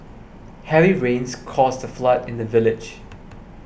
heavy rains caused a flood in the village